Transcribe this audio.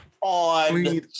on